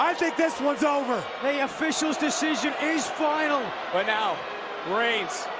um think this one's over. the officials decision is final. but now reigns,